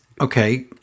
okay